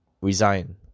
resign